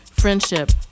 Friendship